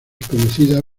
conocida